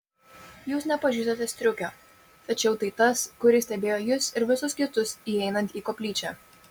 jūs nepažįstate striukio tačiau tai tas kuris stebėjo jus ir visus kitus įeinant į koplyčią